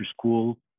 school